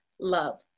love